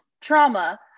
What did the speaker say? trauma